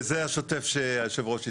זה השוטף שיושב הראש התכוון.